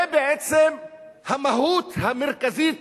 זה בעצם המהות המרכזית